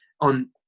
on